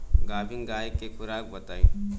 गाभिन गाय के खुराक बताई?